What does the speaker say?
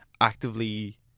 actively